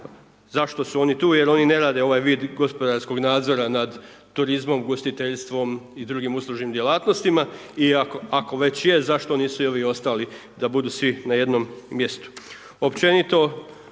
zašto su oni tu jer oni ne rade ovaj vid gospodarskog nadzora nad turizmom ugostiteljstvom i drugim uslužnim djelatnostima. I ako već je, zašto nisu i svi ovi ostali da budu svi na jednom mjestu. Općenito